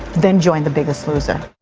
then join the biggest loser.